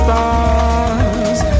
stars